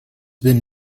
been